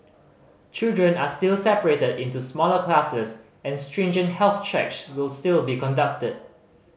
children are still separated into smaller classes and stringent health checks will still be conducted